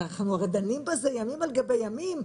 אנחנו הרי דנים בזה ימים על גבי ימים,